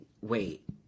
wait